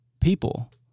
people